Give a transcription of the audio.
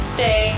Stay